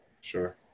Sure